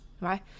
right